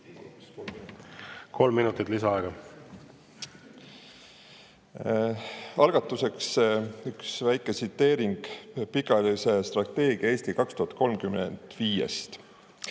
Kolm minutit lisaaega. Algatuseks üks väike tsiteering pikaajalisest strateegiast "Eesti 2035".